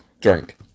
drink